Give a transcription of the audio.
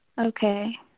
Okay